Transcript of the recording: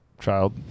child